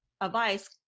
advice